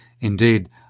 Indeed